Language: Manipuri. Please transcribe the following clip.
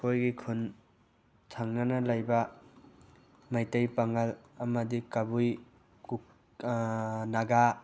ꯑꯩꯈꯣꯏꯒꯤ ꯈꯨꯟ ꯊꯪꯅꯅ ꯂꯩꯕ ꯃꯩꯇꯩ ꯄꯥꯉꯜ ꯑꯃꯗꯤ ꯀꯕꯨꯏ ꯅꯥꯒꯥ